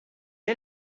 est